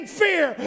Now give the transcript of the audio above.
fear